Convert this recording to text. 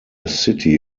city